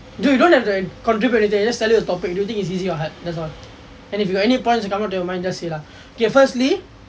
dude you don't have to contribute anything I just tell you the topic do you think it's easy or hard and if you got any points that come to your mind just say lah okay firstly